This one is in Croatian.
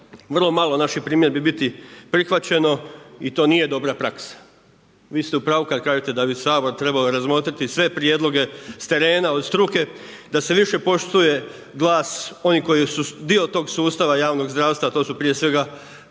vrlo malo naših primjedbi biti prihvaćeno i to nije dobra praksa. Vi ste u pravu kad kažete da bi Sabor trebao razmotriti sve prijedloge s terena od struke, da se više poštuje glas onih koji su dio tog sustava javnog zdravstva, a to su prije svega